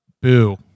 Boo